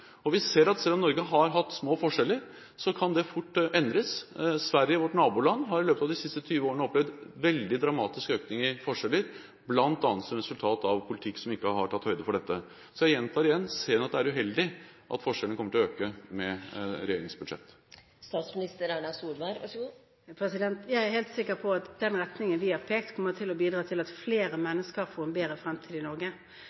forskjellene. Vi ser at selv om Norge har hatt små forskjeller, kan det fort endres. Sverige, vårt naboland, har i løpet av de siste 20 årene opplevd veldig dramatiske økninger i forskjeller, bl.a. som et resultat av en politikk som ikke har tatt høyde for dette. Så jeg gjentar igjen: Ser statsministeren at det er uheldig at forskjellene kommer til å øke med regjeringens budsjett? Jeg er helt sikker på at den retningen vi har pekt ut, kommer til å bidra til at flere mennesker får en bedre fremtid i Norge,